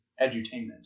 edutainment